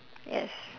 yes